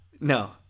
No